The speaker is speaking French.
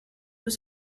deux